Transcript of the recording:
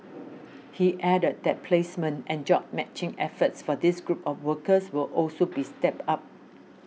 he added that placement and job matching efforts for this group of workers will also be stepped up